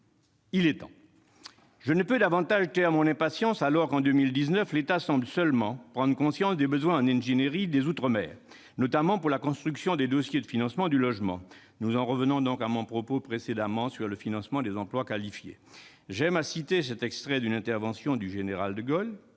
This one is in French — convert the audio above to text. Il est temps ! Je ne peux davantage taire mon impatience alors qu'en 2019 l'État semble seulement prendre conscience des besoins en ingénierie dans les outre-mer, notamment pour l'élaboration des dossiers de financement du logement. Nous en revenons à mon propos précédent sur le financement des emplois qualifiés ... J'aime à citer cet extrait d'une intervention du général de Gaulle